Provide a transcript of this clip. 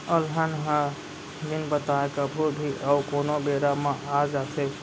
अलहन ह बिन बताए कभू भी अउ कोनों बेरा म आ जाथे